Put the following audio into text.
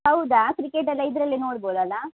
ಹೌದಾ ಕ್ರಿಕೆಟ್ ಎಲ್ಲ ಇದರಲ್ಲೆ ನೋಡ್ಬೋದಲ್ಲ